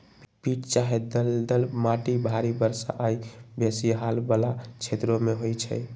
पीट चाहे दलदल माटि भारी वर्षा आऽ बेशी हाल वला क्षेत्रों में होइ छै